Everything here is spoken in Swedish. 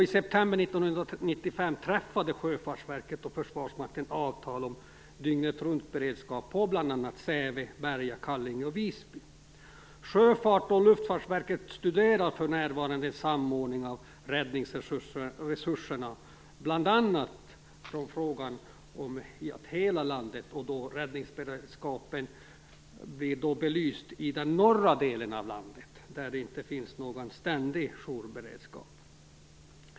I september 1995 träffade Sjöfartsverket och Försvarsmakten avtal om dygnetruntberedskap på bl.a. Säve, Berga, Kallinge och Visby. Sjöfarts och Luftfartsverket studerar för närvarande samordning av räddningsresurserna. Bl.a. frågan om beredskap i den norra delen av landet, där det inte finns någon ständig jourberedskap, blir då belyst.